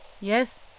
yes